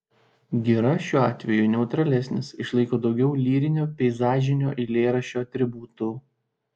gira šiuo atveju neutralesnis išlaiko daugiau lyrinio peizažinio eilėraščio atributų